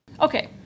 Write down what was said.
Okay